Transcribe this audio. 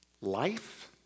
life